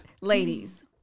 Ladies